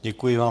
Děkuji vám.